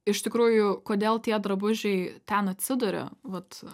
iš tikrųjų kodėl tie drabužiai ten atsiduria vat